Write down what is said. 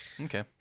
Okay